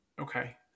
Okay